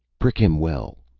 prick him well,